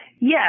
Yes